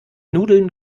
nudeln